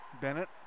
Bennett